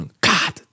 God